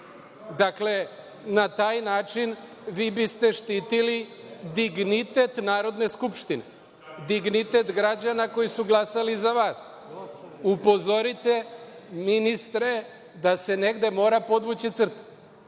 Dakle, na taj način vi biste štitili dignitet Narodne skupštine, dignitet građana koji su glasali za vas. Upozorite ministre da se negde mora podvući crta.